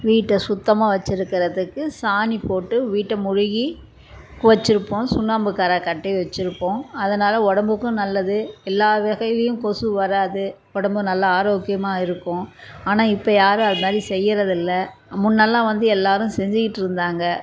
வீட்டை சுத்தமாக வச்சிருக்கிறதுக்கு சாணி போட்டு வீட்டை மொழுகி வச்சிருப்போம் சுண்ணாம்பு கரை கட்டி வச்சிருப்போம் அதனால் உடம்புக்கும் நல்லது எல்லா வகைளையும் கொசு வராது உடம்பும் நல்லா ஆரோக்கியமாக இருக்கும் ஆனால் இப்போ யாரும் அது மாரி செய்கிறதில்ல முன்னெல்லாம் வந்து எல்லோரும் செஞ்சிக்கிட்டு இருந்தாங்க